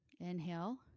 inhale